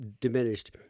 diminished